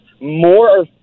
more